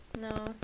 No